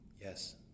Yes